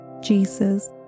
Jesus